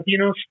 Latinos